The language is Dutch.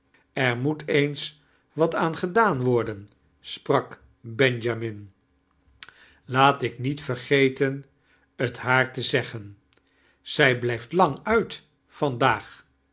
er moet e-ens wat aan gedaan worden sprak benjamin laat ik niet vergeten het haar te zeggen zij blijft lang uit vandaag